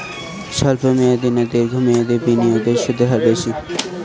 স্বল্প মেয়াদী না দীর্ঘ মেয়াদী বিনিয়োগে সুদের হার বেশী?